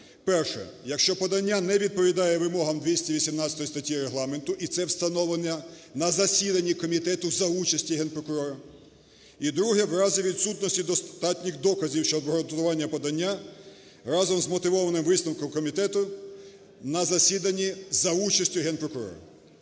Перше – якщо подання не відповідає вимогам 218 статті Регламенту, і це встановлено на засіданні комітету за участі Генпрокурора. І друге – в разі відсутності достатніх доказів щодо обґрунтування подання разом з мотивованим висновком комітету на засіданні за участю Генпрокурора.